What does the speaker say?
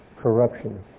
corruption